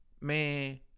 man